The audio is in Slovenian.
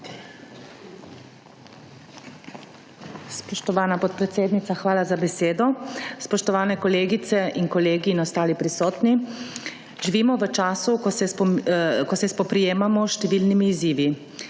Spoštovana podpredsednica, hvala za besedo. Spoštovani kolegice in kolegi in ostali prisotni! Živimo v času, ko se spoprijemamo s številnimi izzivi.